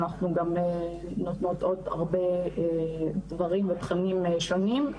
אנחנו גם נותנות עוד הרבה דברים ותכנים שונים,